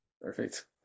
Perfect